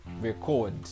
record